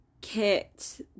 Kit